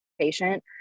patient